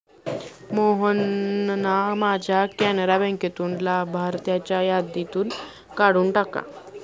मोहनना माझ्या कॅनरा बँकेतून लाभार्थ्यांच्या यादीतून काढून टाका